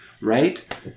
right